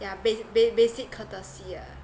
yeah bas~ bas~ basic courtesy ah